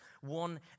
one